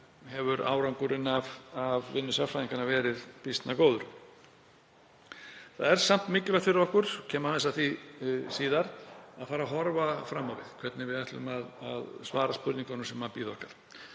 hefur árangurinn af vinnu sérfræðinganna verið býsna góður. Það er samt mikilvægt fyrir okkur, og ég kem aðeins að því síðar, að fara að horfa fram á við, hugsa um hvernig við ætlum að svara spurningunum sem bíða okkar.